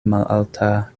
malalta